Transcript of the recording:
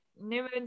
New